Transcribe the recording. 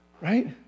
right